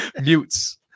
Mutes